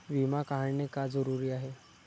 विमा काढणे का जरुरी आहे?